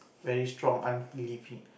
very strong un